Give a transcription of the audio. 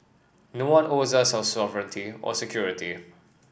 no one owes us our sovereignty or security